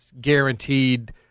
guaranteed